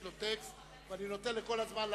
יש לו טקסט, ואני נותן לו כל הזמן להקריא.